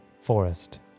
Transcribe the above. forest